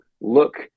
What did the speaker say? look